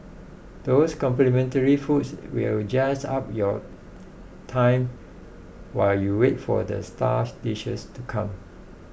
those complimentary foods will jazz up your time while you wait for the star dishes to come